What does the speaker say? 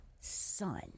son